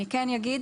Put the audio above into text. אני כן אגיד,